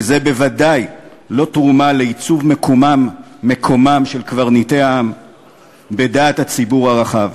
וזו בוודאי לא תרומה לעיצוב מקומם של קברניטי העם בדעת הציבור הרחב.